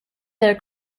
their